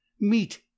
meet